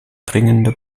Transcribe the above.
dringende